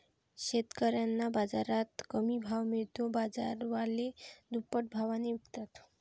शेतकऱ्यांना बाजारात कमी भाव मिळतो, बाजारवाले दुप्पट भावाने विकतात